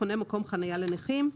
החונה במקום חניה לנכים.